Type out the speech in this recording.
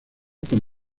con